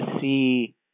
see